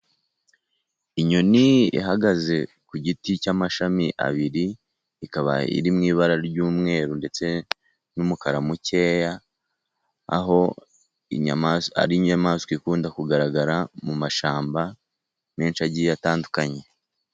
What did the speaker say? Inyoni ihagaze ku giti cy'amashami abiri , ikaba iri mu ibara ry'umweru ndetse n'umukara mukeya , aho ari inyamaswa ikunda kugaragara mu mashyamba menshi agiye atandukanye.